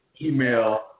email